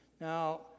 Now